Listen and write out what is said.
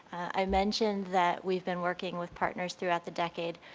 i mentioned that we've been working with partners throughout the decade.